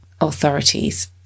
authorities